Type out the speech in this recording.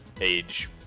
age